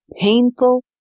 painful